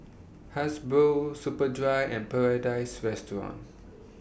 Hasbro Superdry and Paradise Restaurant